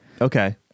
Okay